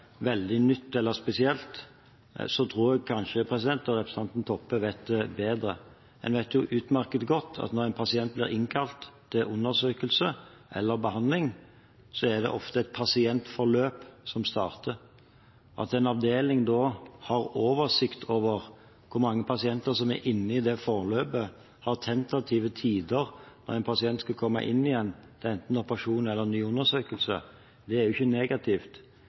veldig nytt eller spesielt, tror jeg kanskje representanten Toppe vet bedre. En vet jo utmerket godt at når en pasient blir innkalt til undersøkelse eller behandling, så er det ofte et pasientforløp som starter. At en avdeling har oversikt over hvor mange pasienter som er inne i det forløpet, har tentative tider, om en pasient skulle komme inn igjen, enten til operasjon eller til ny undersøkelse, er jo ikke negativt.